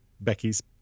Becky's